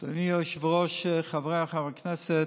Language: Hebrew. היושב-ראש, חבריי חברי הכנסת,